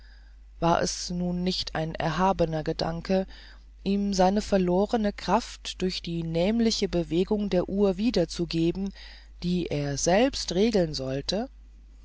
war es nun nicht ein erhabener gedanke ihm seine verlorene kraft durch die nämliche bewegung der uhr wiederzugeben die er selbst regeln sollte